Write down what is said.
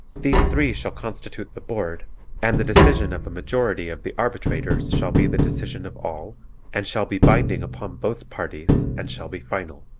these three shall constitute the board and the decision of a majority of the arbitrators shall be the decision of all and shall be binding upon both parties and shall be final.